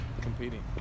competing